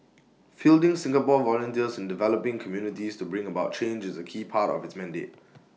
fielding Singapore volunteers in developing communities to bring about change is A key part of its mandate